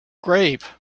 grave